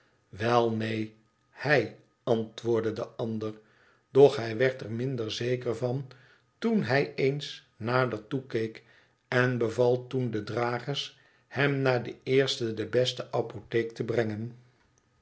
wel neen hij i antwoordde de ander doch hij werd er minder zeker van toen hij eens nader toekeek en beval toen de dragers hem naar de eerste de beste apotheek te brengen